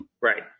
Right